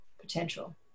potential